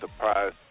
surprise